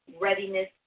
readiness